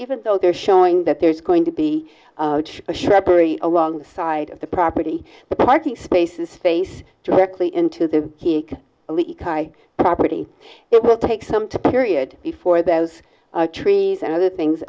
even though they're showing that there's going to be a shrubbery along the side of the property the parking spaces face directly into the leak i property it will take some time period before those trees and other things